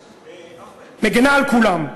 מגִנה על כולם.